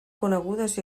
conegudes